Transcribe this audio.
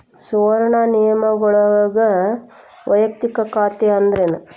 ಸುವರ್ಣ ನಿಯಮಗಳೊಳಗ ವಯಕ್ತಿಕ ಖಾತೆ ಅಂದ್ರೇನ